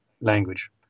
language